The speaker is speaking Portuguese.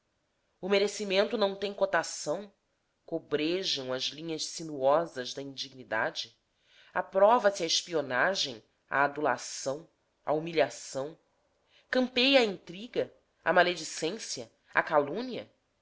o merecimento não tem cotação cobrejam as linhas sinuosas da indignidade aprova se a espionagem a adulação a humilhação campeia a intriga a maledicência a calúnia